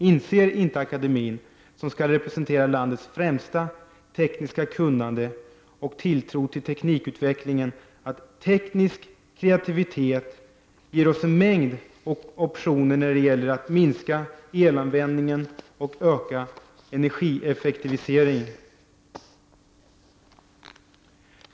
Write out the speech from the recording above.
Inser inte akademien, som skall representera landets främsta tekniska kunnande och tilltro till teknikutvecklingen, att teknisk kreativitet ger oss en mängd optioner när det gäller att minska elanvändningen och öka energieffektiviteten?